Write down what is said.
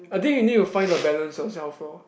I think you need to find the balance yourself lor